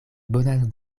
bonan